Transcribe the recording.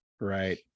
Right